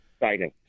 exciting